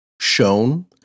shown